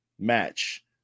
match